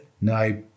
no